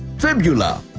fibula.